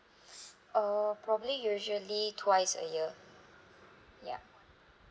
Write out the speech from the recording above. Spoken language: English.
uh probably usually twice a year ya